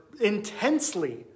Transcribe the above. intensely